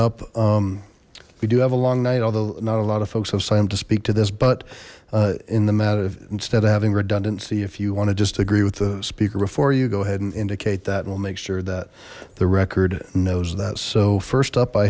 up we do have a long night although not a lot of folks have signed to speak to this but in the matter instead of having redundancy if you want to just agree with the speaker before you go ahead and indicate that we'll make sure that the record knows that so first up i